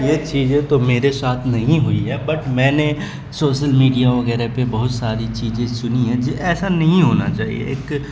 یہ چیزیں تو میرے ساتھ نہیں ہوئی ہے بٹ میں نے سوشل میڈیا وغیرہ پہ بہت ساری چیزیں سنی ہیں جو ایسا نہیں ہونا چاہیے ایک